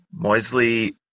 Moisley